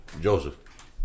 Joseph